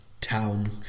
town